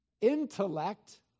intellect